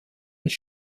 des